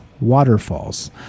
waterfalls